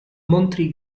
montri